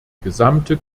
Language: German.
gesamte